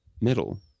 middle